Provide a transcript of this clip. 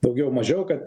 daugiau mažiau kad